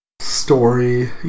story